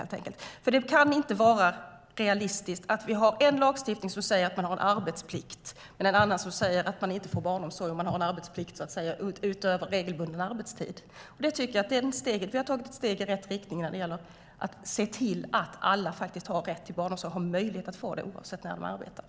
Det är inte realistiskt att en lagstiftning säger att vi har arbetsplikt medan en annan säger att man inte kan få barnomsorg på oregelbunden arbetstid. Vi har tagit ett steg i rätt riktning när det gäller att se till att alla har rätt till barnomsorg oavsett arbetstid.